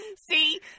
See